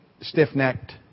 stiff-necked